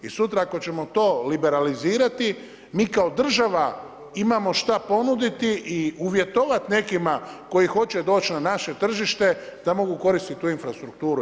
I sutra ako ćemo to liberalizirati mi kao država imamo šta ponuditi i uvjetovati nekima koji hoće doći na naše tržište da mogu koristiti tu infrastrukturu.